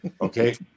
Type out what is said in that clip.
Okay